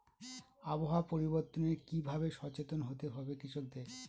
আবহাওয়া পরিবর্তনের কি ভাবে সচেতন হতে হবে কৃষকদের?